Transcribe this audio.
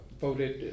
voted